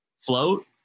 Float